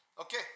Okay